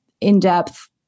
in-depth